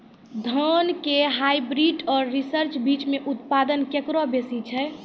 धान के हाईब्रीड और रिसर्च बीज मे उत्पादन केकरो बेसी छै?